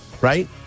right